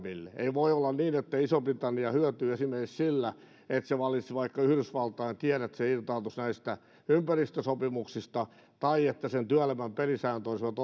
voi olla niin että iso britannia hyötyy esimerkiksi sillä että se valitsisi vaikka yhdysvaltain tien että se irtaantuisi näistä ympäristösopimuksista tai että sen työelämän pelisäännöt olisivat